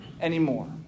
anymore